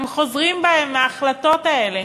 הם חוזרים בהם מההחלטות האלה